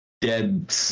dead